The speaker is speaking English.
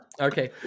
Okay